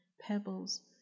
pebbles